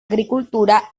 agricultura